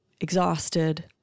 exhausted